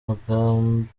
mugambwe